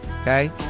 Okay